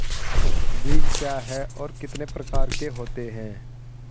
बीज क्या है और कितने प्रकार के होते हैं?